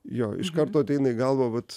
jo iš karto ateina į galvą vat